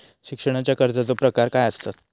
शिक्षणाच्या कर्जाचो प्रकार काय आसत?